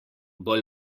bolj